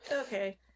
okay